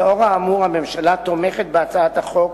לאור האמור, הממשלה תומכת בהצעת החוק